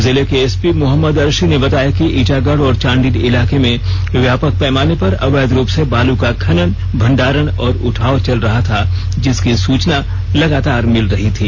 जिले के एसपी मोहम्मद अर्शी ने बताया कि इचागढ़ और चांडिल इलाके में व्यापक पैमाने पर अवैध रूप से बालू का खनन भंडारण और उठाव चल रहा था जिसकी सूचना लगातार मिल रही थी